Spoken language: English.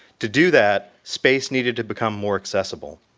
to do that, space needed to become more accessible.